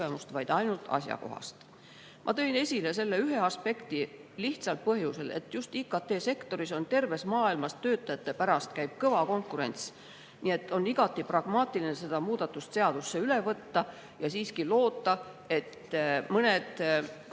vaid ainult asjakohast. Ma tõin selle ühe aspekti esile lihtsal põhjusel, et just IKT‑sektoris käib terves maailmas töötajate pärast kõva konkurents. Nii et on igati pragmaatiline seda muudatust seadusesse üle võtta ja siiski loota, et mõned